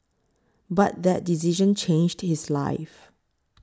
but that decision changed his life